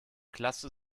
klasse